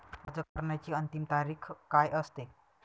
अर्ज करण्याची अंतिम तारीख काय असते?